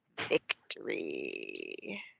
victory